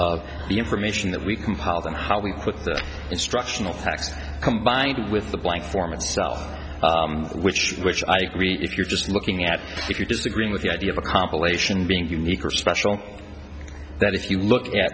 of the information that we compiled and how we put the instructional text combined with the blank form itself which for which i agree if you're just looking at if you're disagreeing with the idea of a compilation being unique or special that if you look at